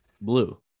blue